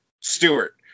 Stewart